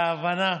על ההבנה,